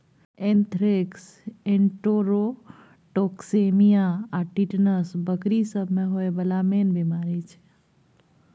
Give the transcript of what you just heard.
anthrax, enterotoxaemia आ tetanus बकरी सब मे होइ बला मेन बेमारी छै